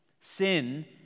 Sin